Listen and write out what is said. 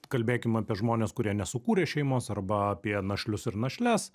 kalbėkim apie žmones kurie nesukūrė šeimos arba apie našlius ir našles